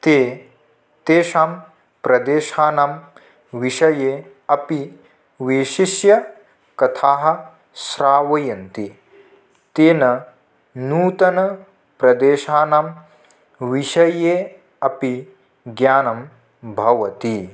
ते तेषां प्रदेशानां विषये अपि विशिष्य कथाः श्रावयन्ति तेन नूतनप्रदेशानां विषये अपि ज्ञानं भवति